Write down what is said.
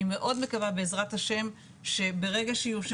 אני מאוד מקווה בעזרת השם שברגע שיאושר התקציב